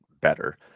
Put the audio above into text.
better